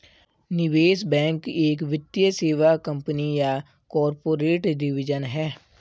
निवेश बैंक एक वित्तीय सेवा कंपनी या कॉर्पोरेट डिवीजन है